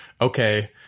okay